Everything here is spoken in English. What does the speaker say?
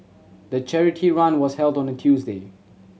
the charity run was held on a Tuesday